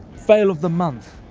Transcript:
fail of the month.